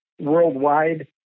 worldwide